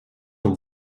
und